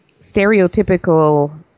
stereotypical